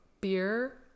beer